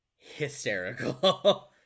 hysterical